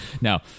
Now